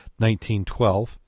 1912